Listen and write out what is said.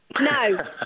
No